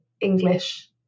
English